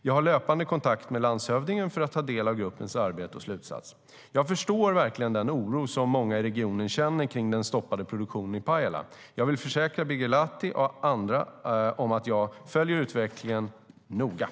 Jag har löpande kontakt med landshövdingen för att ta del av gruppens arbete och slutsatser.